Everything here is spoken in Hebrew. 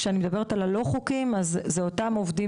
כשאני מדברת על הלא חוקיים אלו אותם עובדים